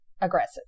aggressive